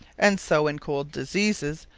and so in cold diseases,